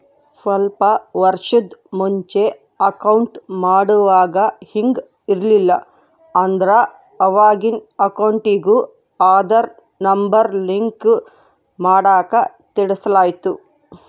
ಸ್ವಲ್ಪ ವರ್ಷುದ್ ಮುಂಚೆ ಅಕೌಂಟ್ ಮಾಡುವಾಗ ಹಿಂಗ್ ಇರ್ಲಿಲ್ಲ, ಆದ್ರ ಅವಾಗಿನ್ ಅಕೌಂಟಿಗೂ ಆದಾರ್ ನಂಬರ್ ಲಿಂಕ್ ಮಾಡಾಕ ತಿಳಿಸಲಾಯ್ತು